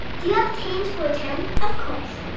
do you have change for a ten? of course.